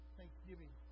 Thanksgiving